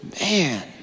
Man